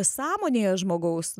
sąmonėje žmogaus